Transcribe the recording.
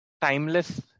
timeless